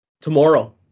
Tomorrow